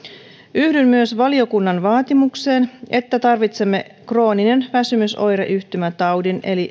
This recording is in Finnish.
yhdyn myös valiokunnan vaatimukseen että tarvitsemme krooninen väsymysoireyhtymä taudin eli